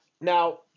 Now